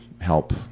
help